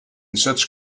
such